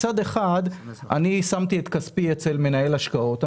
מצד אחד אני שמתי את כספי אצל מנהל השקעות,